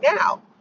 now